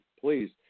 please